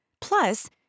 Plus